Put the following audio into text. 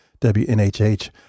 WNHH